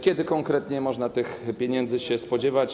Kiedy konkretnie można tych pieniędzy się spodziewać?